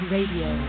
Radio